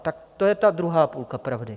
Tak to je ta druhá půlka pravdy.